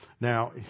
Now